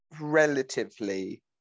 relatively